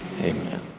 Amen